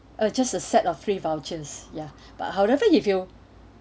uh just a set of three vouchers ya but however if you